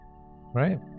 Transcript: Right